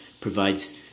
provides